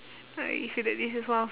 I feel that this is one of